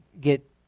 get